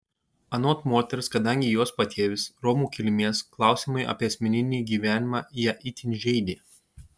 anot moters kadangi jos patėvis romų kilmės klausimai apie asmeninį gyvenimą ją itin žeidė